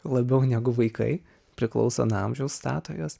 labiau negu vaikai priklauso nuo amžiaus stato juos